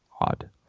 odd